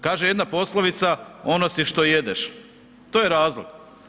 Kaže jedna poslovica ono si što jedeš, to je razlog.